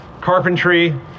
carpentry